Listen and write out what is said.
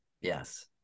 yes